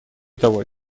того